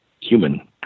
human